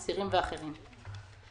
אסירים ואחרים.